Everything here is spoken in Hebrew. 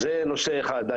אז זה נושא אחד.